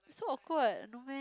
so awkward no meh